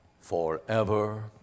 forever